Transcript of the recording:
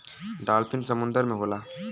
dolphin समुंदर में होला